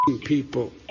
People